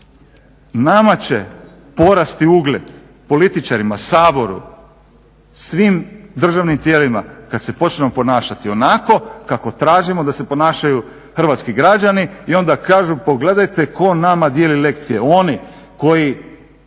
nama će porasti ugled, političarima, Saboru, svim državnim tijelima kad se počnemo ponašati onako kako tražimo da se ponašaju hrvatski građani i onda kažu pogledajte tko nama dijeli lekcije, oni koji